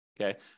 okay